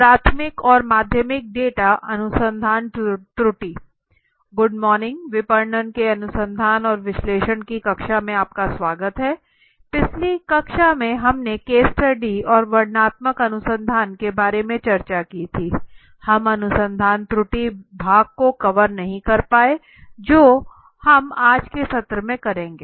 good morning विपणन के अनुसंधान और विश्लेषण की कक्षा में आपका स्वागत है पिछली कक्षा में हमने केस स्टडी और वर्णनात्मक अनुसंधान के बारे में चर्चा की थी हम अनुसंधान त्रुटि भाग को कवर नहीं कर पाए थे जो हम आज के सत्र करेंगे